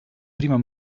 primo